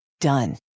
Done